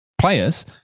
players